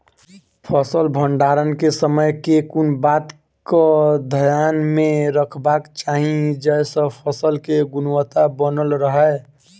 फसल भण्डारण केँ समय केँ कुन बात कऽ ध्यान मे रखबाक चाहि जयसँ फसल केँ गुणवता बनल रहै?